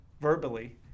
verbally